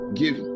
give